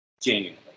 genuinely